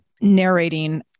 narrating